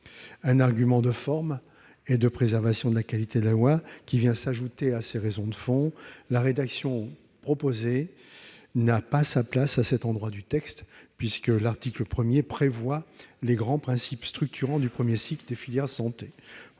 un argument de forme et de préservation de la qualité de la loi qui vient s'ajouter à ces raisons de fond -, la rédaction proposée n'a pas sa place à cet endroit du texte, puisque l'article 1 prévoit les grands principes structurants du premier cycle des filières de santé.